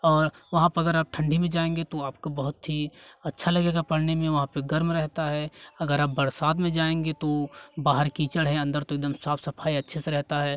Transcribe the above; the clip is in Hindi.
और वहाँ पर अगर आप ठंडी में जाएँगे तो आपको बहुत ही अच्छा लगेगा पढ़ने में वहाँ पर गर्म रहता है अगर आप बरसात में जाएँगे तो बाहर कीचड़ है अंदर तो एकदम साफ सफाई अच्छे से रहता है